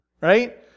right